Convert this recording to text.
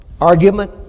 argument